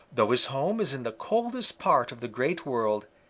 though his home is in the coldest part of the great world,